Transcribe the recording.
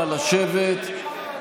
נא לשבת.